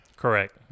Correct